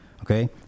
okay